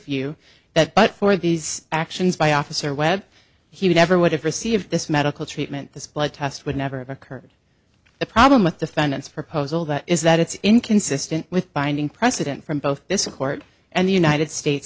view that but for these actions by officer webb he never would have received this medical treatment this blood test would never have occurred the problem with defendants proposal that is that it's inconsistent with binding precedent from both this court and the united states